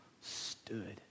stood